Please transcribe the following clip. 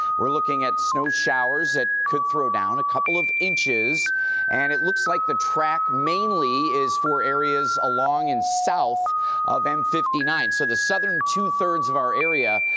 we're looking at snow showers that could throw down a couple of inches and it looks like the track mainly is f areas along and south of m fifty nine. so the southern two thirds of our area,